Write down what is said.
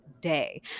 day